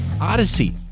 odyssey